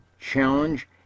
challenge